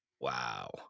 wow